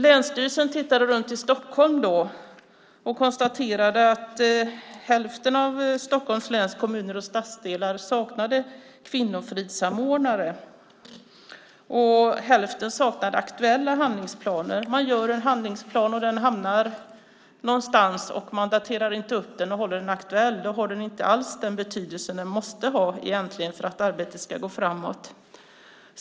Länsstyrelsen tittade runt i Stockholm och konstaterade att hälften av Stockholms läns kommuner och stadsdelar saknade kvinnofridssamordnare och att hälften saknade aktuella handlingsplaner. Man gör en handlingsplan som hamnar någonstans, men den uppdateras inte och hålls inte aktuell. Då har den inte alls den betydelse som den måste ha för att arbetet ska gå framåt.